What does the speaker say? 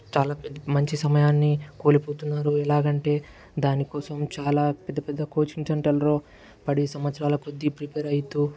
చాలా మంచి సమయాన్ని కోల్పోతున్నారు ఎలాగంటే దానికోసం చాలా పెద్ద పెద్ద కోచింగ్ సెంటర్లో పడి సంవత్సరాలు కొద్దీ ప్రిపేర్ అవుతూ